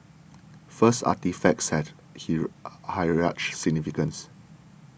first artefacts had hero heritage significance